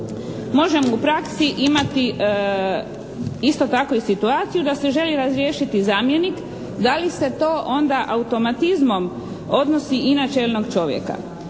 Možemo u praksi imati isto tako i situaciju da se želi razriješiti zamjenik, da li se to onda automatizmom odnosi i na čelnog čovjeka.